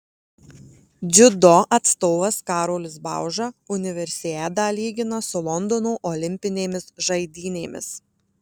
dziudo atstovas karolis bauža universiadą lygina su londono olimpinėmis žaidynėmis